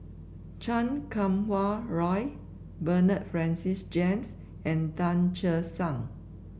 Chan Kum Wah Roy Bernard Francis James and Tan Che Sang